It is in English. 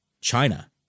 China